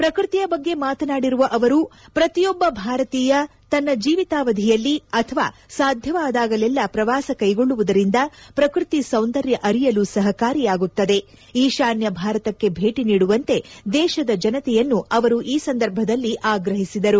ಪ್ರಕೃತಿಯ ಬಗ್ಗೆ ಮಾತನಾಡಿರುವ ಅವರು ಪ್ರತಿಯೊಬ್ಬ ಭಾರತೀಯ ತನ್ನ ಜೀವಿತಾವಧಿಯಲ್ಲಿ ಅಥವಾ ಸಾಧ್ಯವಾದಾಗಲೆಲ್ಲಾ ಪ್ರವಾಸ ಕೈಗೊಳ್ಳುವುದರಿಂದ ಪ್ರಕೃತಿ ಸೌಂದರ್ಯ ಅರಿಯಲು ಸಹಕಾರಿಯಾಗುತ್ತದೆ ಈಶಾನ್ಯ ಭಾರತಕ್ಕೆ ಭೇಟಿ ನೀಡುವಂತೆ ದೇಶದ ಜನತೆಯನ್ನು ಅವರು ಈ ಸಂದರ್ಭದಲ್ಲಿ ಆಗ್ರಹಿಸಿದರು